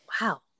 wow